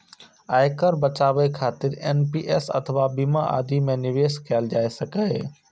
आयकर बचाबै खातिर एन.पी.एस अथवा बीमा आदि मे निवेश कैल जा सकैए